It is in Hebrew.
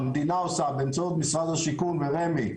המדינה עושה באמצעות משרד השיכון ורמ"י,